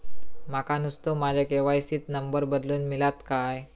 माका नुस्तो माझ्या के.वाय.सी त नंबर बदलून मिलात काय?